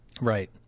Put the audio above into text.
Right